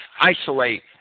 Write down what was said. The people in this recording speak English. Isolate